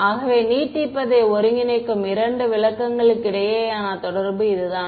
ஆகவே நீட்டிப்பதை ஒருங்கிணைக்கும் இரண்டு விளக்கங்களுக்கிடையேயான தொடர்பு இதுதான்